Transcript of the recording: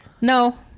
No